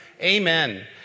Amen